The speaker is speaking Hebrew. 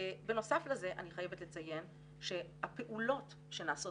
בנוסף לזה אני חייבת לציין שהפעולות שנעשות